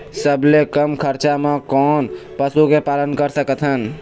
सबले कम खरचा मा कोन पशु के पालन कर सकथन?